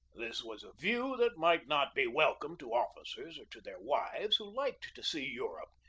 this was a view that might not be welcome to officers or to their wives, who liked to see europe,